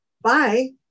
bye